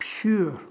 pure